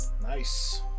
Nice